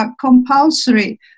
compulsory